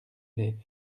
les